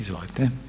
Izvolite.